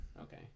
okay